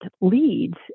leads